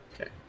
Okay